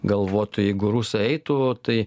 galvotų jeigu rusai eitų tai